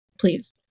please